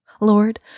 Lord